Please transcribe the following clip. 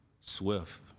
swift